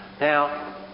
Now